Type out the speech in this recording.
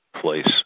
place